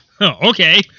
okay